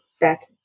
back